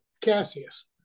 Cassius